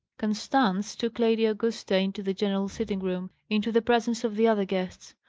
constance took lady augusta into the general sitting-room, into the presence of the other guests.